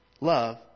love